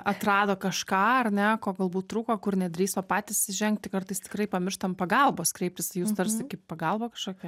atrado kažką ar ne ko galbūt trūko kur nedrįso patys įžengti kartais tikrai pamirštam pagalbos kreiptis į jus tarsi kaip pagalba kažkokia